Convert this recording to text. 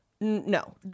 no